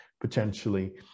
potentially